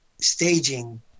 staging